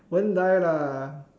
won't die lah